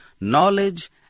knowledge